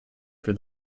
for